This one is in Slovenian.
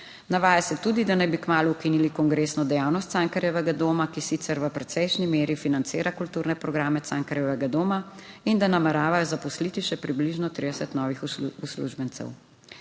Navaja se tudi, da naj bi kmalu ukinili kongresno dejavnost Cankarjevega doma, ki sicer v precejšnji meri financira kulturne programe Cankarjevega doma in da nameravajo zaposliti še približno 30 novih uslužbencev.